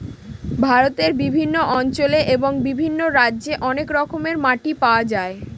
ভারতের বিভিন্ন অঞ্চলে এবং বিভিন্ন রাজ্যে অনেক রকমের মাটি পাওয়া যায়